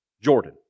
Jordan